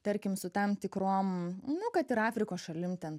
tarkim su tam tikrom nu kad ir afrikos šalim ten